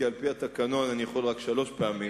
כי על-פי התקנון אני יכול רק שלוש פעמים,